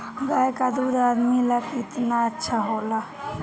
गाय का दूध आदमी ला कितना अच्छा होला?